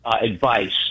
advice